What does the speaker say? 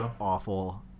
awful